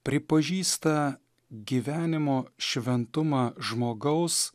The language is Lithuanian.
pripažįsta gyvenimo šventumą žmogaus